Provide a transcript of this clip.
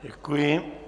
Děkuji.